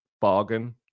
Bargain